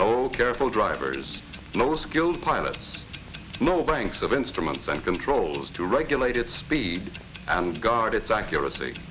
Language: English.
lol careful drivers low skilled pilot know banks of instruments and controls to regulate its speed and guard its accuracy